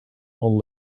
old